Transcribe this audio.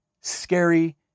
scary